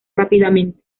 rápidamente